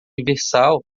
universal